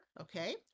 okay